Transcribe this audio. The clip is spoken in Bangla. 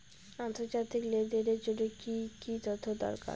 আন্তর্জাতিক লেনদেনের জন্য কি কি তথ্য দরকার?